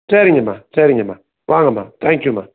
சரிங்கம்மா சரிங்கம்மா வாங்கம்மா தேங்க்யூம்மா